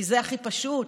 כי זה הכי פשוט,